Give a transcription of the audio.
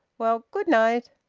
well, good-night.